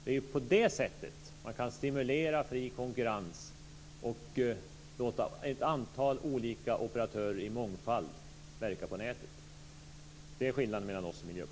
Det är ju på det sättet man kan stimulera fri konkurrens och låta ett antal olika operatörer i mångfald verka på nätet. Det är skillnaden mellan oss och